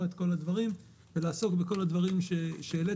את כל הדברים ולעסוק בכל הדברים שהעליתם.